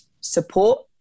support